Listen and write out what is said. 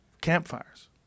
campfires